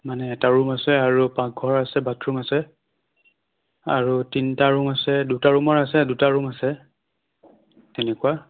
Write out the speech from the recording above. মানে এটা ৰুম আছে আৰু পাকঘৰ আছে বাথৰুম আছে আৰু তিনিটা ৰুম আছে দুটা ৰুমৰ আছে দুটা ৰুম আছে তেনেকুৱা